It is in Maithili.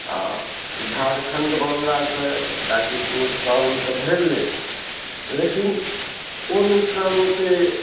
आ झारखण्ड बनलासँ एकरा किछु नुकसान तऽ भेलै लेकिन ओ नुकसान ओतऽ